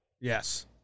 Yes